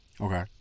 Okay